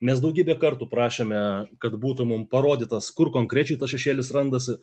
mes daugybę kartų prašėme kad būtų mum parodytas kur konkrečiai tas šešėlis randasi